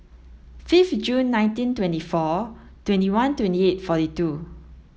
fifth Jun nineteen twenty four twenty one twenty eight forty two